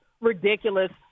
ridiculous